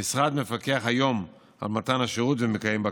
המשרד מפקח היום על מתן השירות ומקיים בקרה.